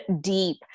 deep